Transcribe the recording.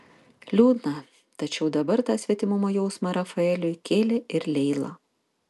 liūdna tačiau dabar tą svetimumo jausmą rafaeliui kėlė ir leila